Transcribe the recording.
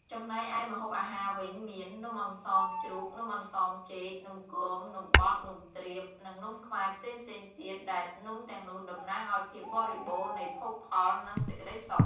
ចំណែកឯម្ហូបអាហារវិញមាន នំអន្សមជ្រូក នំអន្សមចេក នំគម នំបត់ នំទ្រាប និងនំខ្មែរផ្សេងៗទៀត ដែលនំទាំងនេះតំណាងឲ្យភាពបរិបូរណ៍នៃភោគផល និងសេចក្ដីសុខ។